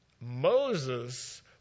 Moses